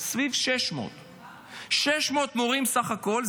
סביב 600. 600 מורים בסך הכול.